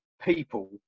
people